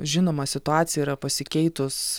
žinoma situacija yra pasikeitus